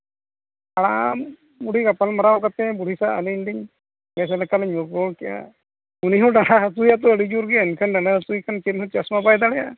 ᱦᱟᱲᱟᱢᱼᱵᱩᱰᱦᱤ ᱜᱟᱯᱟᱞ ᱢᱟᱨᱟᱣ ᱠᱟᱛᱮᱫ ᱵᱩᱲᱦᱤ ᱥᱟᱣ ᱟᱹᱞᱤᱧ ᱞᱤᱧ ᱵᱮᱥ ᱞᱮᱠᱟ ᱞᱤᱧ ᱨᱚᱯᱚᱲ ᱠᱮᱜᱼᱟ ᱩᱱᱤ ᱦᱚᱸ ᱰᱟᱸᱰᱟ ᱦᱟᱹᱥᱩᱭᱟᱛᱚ ᱟᱹᱰᱤ ᱡᱳᱨ ᱜᱮ ᱮᱱᱠᱷᱟᱱ ᱰᱟᱸᱰᱟ ᱦᱟᱹᱥᱩᱭᱮ ᱠᱷᱟᱱ ᱪᱟᱥ ᱢᱟ ᱵᱟᱭ ᱫᱟᱲᱮᱭᱟᱜᱼᱟ